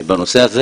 בנושא הזה